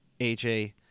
AJ